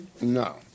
No